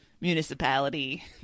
municipality